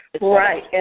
Right